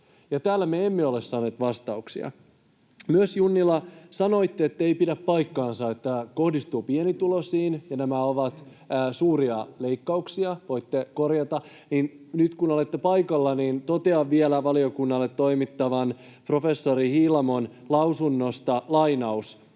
täällä me emme ole saaneet vastauksia. Myös, Junnila, sanoitte, että ei pidä paikkaansa, että nämä kohdistuvat pienituloisiin ja nämä ovat suuria leikkauksia — voitte korjata — ja nyt kun olette paikalla, niin totean vielä valiokunnalle toimitetusta professori Hiilamon lausunnosta: ”Olen